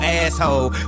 asshole